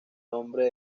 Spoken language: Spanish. nombre